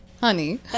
honey